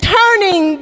turning